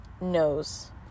knows